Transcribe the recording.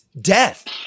death